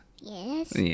Yes